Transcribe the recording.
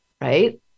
Right